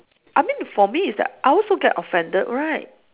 I mean for me is that I also get offended right